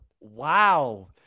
wow